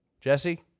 Jesse